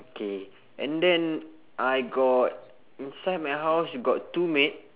okay and then I got inside my house got two maid